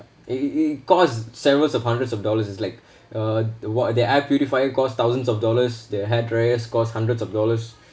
it it cost several of hundreds of dollars is like uh the why the air purifier costs thousands of dollars that hair dryers cost hundreds of dollars